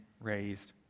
raised